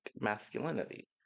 masculinity